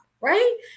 right